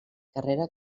carrera